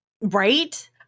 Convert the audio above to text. Right